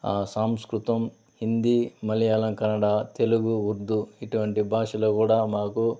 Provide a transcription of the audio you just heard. సాంస్కృతం హిందీ మళయాళం కన్నడ తెలుగు ఉర్దూ ఇటువంటి భాషలో కూడా మాకు